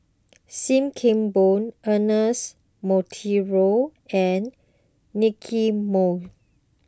Sim Kee Boon Ernest Monteiro and Nicky Moey